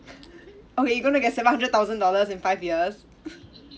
okay you're gonna get seven hundred thousand dollars in five years